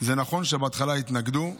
זה נכון שבהתחלה התנגדו,